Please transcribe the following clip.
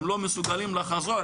הם לא מסוגלים לחזור.